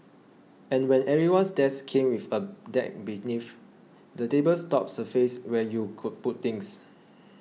and when everyone's desk came with a deck beneath the table's top surface where you could put things